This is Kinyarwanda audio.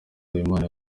habimana